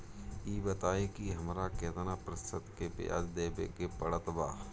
ई बताई की हमरा केतना प्रतिशत के ब्याज देवे के पड़त बा?